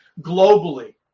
Globally